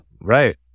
Right